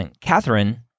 Catherine